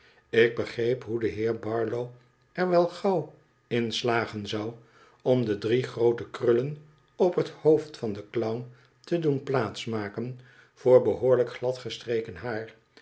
ik begreep hoe de heer barlow er wel gauw in slagen zou om de drie groot e krullen op het hoofd van den clown te doen plaats maken voor behoorlijk glad gestreken haar